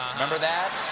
remember that?